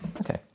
Okay